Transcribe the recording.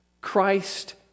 Christ